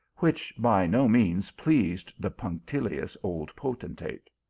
which by no means pleased the punc tilious old potentate.